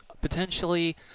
potentially